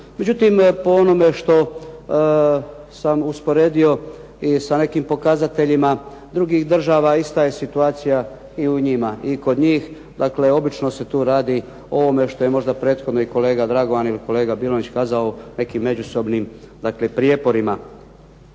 Međutim po onome što sam usporedio i sa nekim pokazateljima drugih država ista je situacija i u njima i kod njih, dakle obično se tu radi o ovome što je možda prethodno i kolega Dragovan ili kolega Bilonjić kazao nekim međusobnim prijeporima.